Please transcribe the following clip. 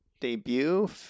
debut